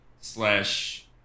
slash